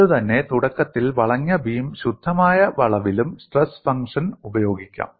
അതുതന്നെ തുടക്കത്തിൽ വളഞ്ഞ ബീം ശുദ്ധമായ വളവിലും സ്ട്രെസ് ഫംഗ്ഷൻ ഉപയോഗിക്കാം